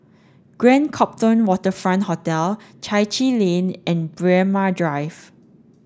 Grand Copthorne Waterfront Hotel Chai Chee Lane and Braemar Drive